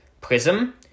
prism